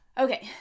Okay